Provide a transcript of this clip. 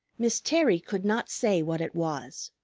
miss terry could not say what it was.